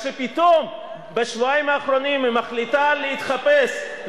אני דווקא ניהלתי אותה,